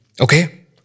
Okay